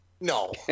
No